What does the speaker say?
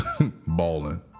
balling